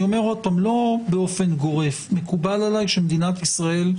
לא באופן גורף מקובל עלי שמדינת ישראל,